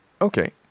Okay